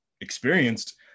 experienced